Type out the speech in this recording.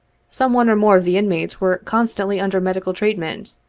some one or more of the inmates were constantly under medical treatment,